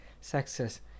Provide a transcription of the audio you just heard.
success